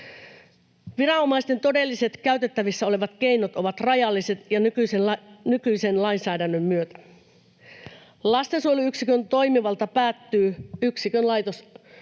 Viranomaisten todelliset käytettävissä olevat keinot ovat rajalliset nykyisen lainsäädännön myötä. Lastensuojeluyksikön toimivalta päättyy yksikön laitosalueelle.